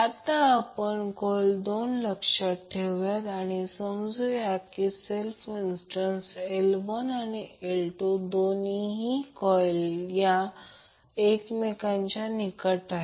आता आपण कॉइल 2 लक्षात घेऊया आणि समजू या की सेल्फ इन्ड़टन्स L1आणि L2 दोन्हीही कॉइल या एकमेकांच्या निकट आहेत